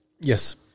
Yes